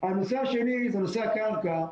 הנושא השני הוא הנושא הקרקע.